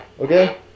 Okay